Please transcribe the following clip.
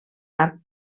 arc